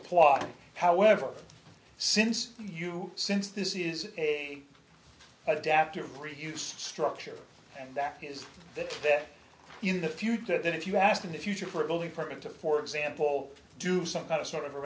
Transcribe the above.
apply however since you since this is a adaptive reuse structure and that is that in the future then if you ask in the future for a building permit to for example do some kind of sort of a